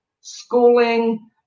schooling